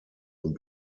und